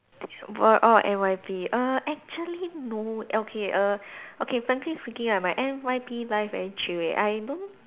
wor~ orh N_Y_P err actually no okay err okay frankly speaking ah my N_Y_P life very chill leh I don't